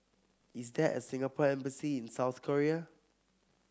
is there a Singapore Embassy in South Korea